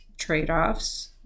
trade-offs